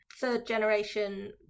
third-generation